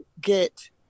get